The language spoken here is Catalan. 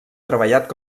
treballat